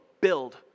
build